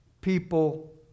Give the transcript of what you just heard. people